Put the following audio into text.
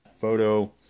photo